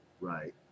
Right